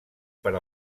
per